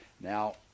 Now